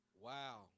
Wow